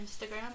Instagram